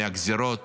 מהגזרות